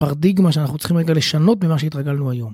פרדיגמה שאנחנו צריכים רגע לשנות ממה שהתרגלנו היום.